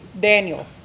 Daniel